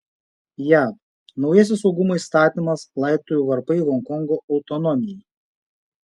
jav naujasis saugumo įstatymas laidotuvių varpai honkongo autonomijai